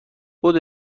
بدو